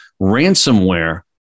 ransomware